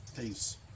peace